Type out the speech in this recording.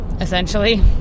essentially